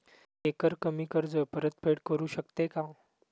मी एकरकमी कर्ज परतफेड करू शकते का?